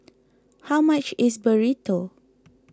how much is Burrito